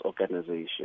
organization